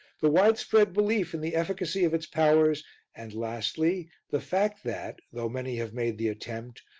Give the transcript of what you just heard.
the widespread belief in the efficacy of its powers and lastly the fact that, though many have made the attempt,